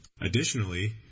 Additionally